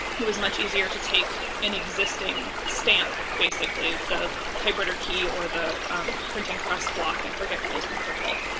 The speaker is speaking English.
it was much easier to take an existing stamp, basically the typewriter key or the printing press block, i forget what those things are called